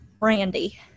Randy